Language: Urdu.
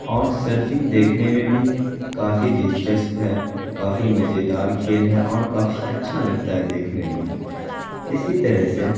اور سرفنگ دیکھنے میں بھی کافی دلچسپ ہے کافی مزیدار کھیل ہے اور کافی اچھا لگتا ہے دیکھنے میں اسی طرح سے